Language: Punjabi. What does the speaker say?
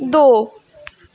ਦੋ